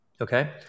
okay